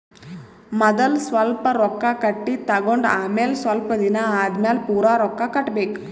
ಮದಲ್ ಸ್ವಲ್ಪ್ ರೊಕ್ಕಾ ಕಟ್ಟಿ ತಗೊಂಡ್ ಆಮ್ಯಾಲ ಸ್ವಲ್ಪ್ ದಿನಾ ಆದಮ್ಯಾಲ್ ಪೂರಾ ರೊಕ್ಕಾ ಕಟ್ಟಬೇಕ್